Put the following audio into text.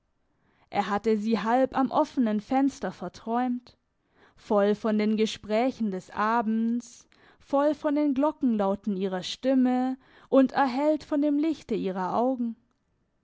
er hatte sie halb am offenen fenster verträumt voll von den gesprächen des abends voll von den glockenlauten ihrer stimme und erhellt von dem lichte ihrer augen